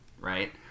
right